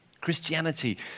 christianity